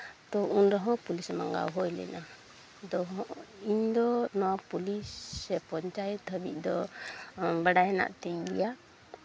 ᱛᱳ ᱩᱱ ᱨᱮᱦᱚᱸ ᱯᱩᱞᱤᱥ ᱢᱟᱸᱜᱟᱣ ᱦᱩᱭ ᱞᱮᱱᱟ ᱟᱫᱚ ᱤᱧᱫᱚ ᱱᱚᱣᱟ ᱯᱩᱞᱤᱥ ᱥᱮ ᱯᱚᱧᱪᱟᱭᱮᱛ ᱦᱟᱹᱵᱤᱡ ᱫᱚ ᱵᱟᱰᱟᱭ ᱦᱮᱱᱟᱜ ᱛᱤᱧ ᱜᱮᱭᱟ